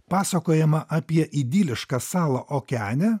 pasakojama apie idilišką salą okeane